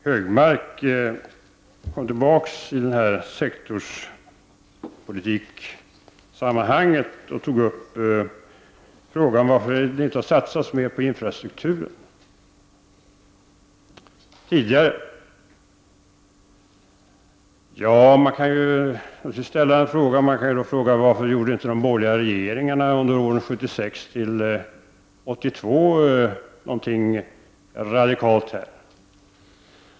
Herr talman! Anders G Högmark återkom till sektorspolitiken och frågade varför det inte har satsats mer pengar på infrastrukturen — och tidigare. Det är klart att man kan ställa en fråga. Då kan jag ju fråga varför de borgerliga regeringarna under åren 1976—1982 inte gjorde något radikalt på det området.